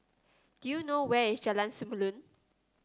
do you know where is Jalan Samulun